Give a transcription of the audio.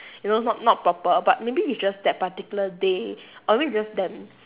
you know not not proper but maybe it's just that particular day or maybe it's just them